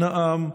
שנאם,